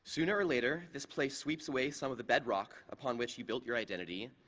sooner or later, this place sweeps away some of the bedrock upon which you built your identity,